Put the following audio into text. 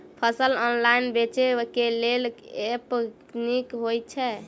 फसल ऑनलाइन बेचै केँ लेल केँ ऐप नीक होइ छै?